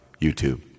YouTube